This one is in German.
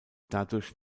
dadurch